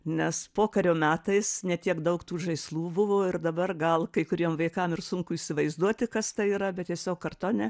nes pokario metais ne tiek daug tų žaislų buvo ir dabar gal kai kuriem vaikam ir sunku įsivaizduoti kas tai yra bet tiesiog kartone